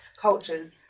cultures